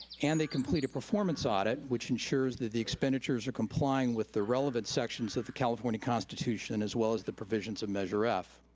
and they complete a performance audit, which ensures that the expenditures are complying with the relevant sections of the california constitution, as well as the provisions of measure f.